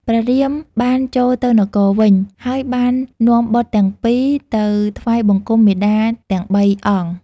ព្រះរាមបានចូលទៅនគរវិញ ហើយបាននាំបុត្រទាំងពីរទៅថ្វាយបង្គំមាតាទាំងបីអង្គ។